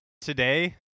today